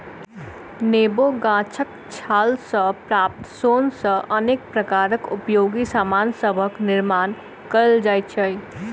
नेबो गाछक छाल सॅ प्राप्त सोन सॅ अनेक प्रकारक उपयोगी सामान सभक निर्मान कयल जाइत छै